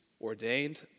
ordained